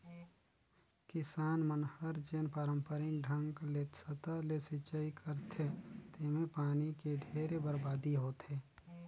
किसान मन हर जेन पांरपरिक ढंग ले सतह ले सिचई करथे तेम्हे पानी के ढेरे बरबादी होथे